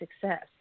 success